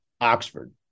Oxford